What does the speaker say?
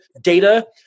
data